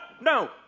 no